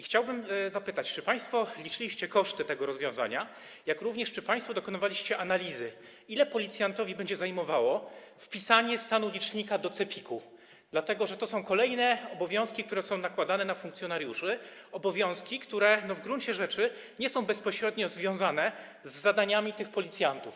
Chciałbym zapytać, czy państwo liczyliście koszty tego rozwiązania, jak również czy państwo dokonywaliście analizy, ile czasu będzie zajmowało policjantowi wpisanie stanu licznika do CEPiK-u, dlatego że to są kolejne obowiązki, które są nakładane na funkcjonariuszy, obowiązki, które w gruncie rzeczy nie są bezpośrednio związane z zadaniami tych policjantów.